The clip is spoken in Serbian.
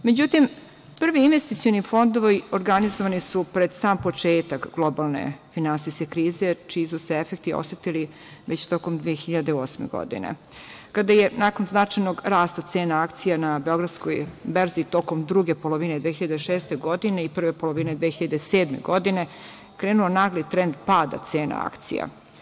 Međutim, prvi investicioni fondovi organizovani su pred sam početak globalne finansijske krize čiji su se efekti osetili već tokom 2008. godine, kada je nakon značajnog rasta cena akcija na Beogradskoj berzi, tokom druge polovine 2006. i prve polovine 2007. godine, krenuo nagli trend pada cena akcija.